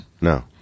No